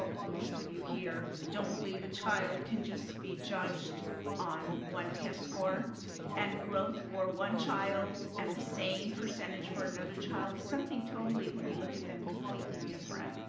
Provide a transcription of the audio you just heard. ah most of you here, don't believe a child can just be judged on one test score and growth for one child and the same percentage for another child something totally, when you look at them, completely different.